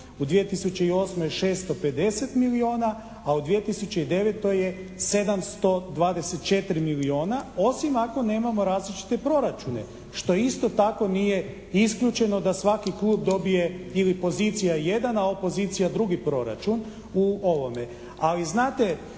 u 2008. je 650 milijuna a u 2009. je 724 milijuna, osim ako nemamo različite proračune što isto tako nije isključeno da svaki klub dobije ili pozicija jedan a opozicija drugi proračun u ovome.